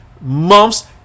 Months